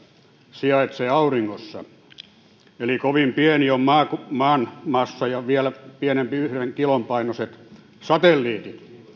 sijaitsee auringossa eli kovin pieni on maan massa ja vielä pienempiä yhden kilon painoiset satelliitit